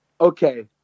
Okay